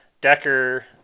Decker